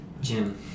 Jim